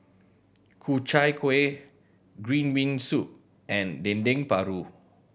Ku Chai Kuih green bean soup and Dendeng Paru